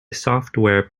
software